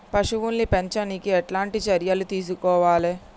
పశువుల్ని పెంచనీకి ఎట్లాంటి చర్యలు తీసుకోవాలే?